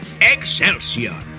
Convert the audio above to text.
Excelsior